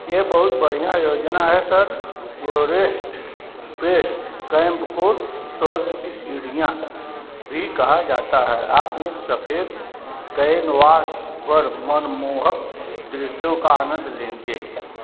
यह बहुत बढ़ियाँ योजना है सर एवरेस्ट बेस्ड कैम्प को स्वर्ग की सीढ़ियाँ भी कहा जाता है आप एक सफ़ेद कैनवास पर मनमोहक दृश्यों का आनन्द लेंगे